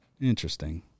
Interesting